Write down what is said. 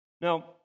Now